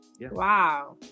Wow